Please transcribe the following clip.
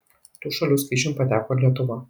tų šalių skaičiun pateko ir lietuva